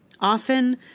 Often